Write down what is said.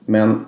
Men